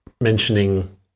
mentioning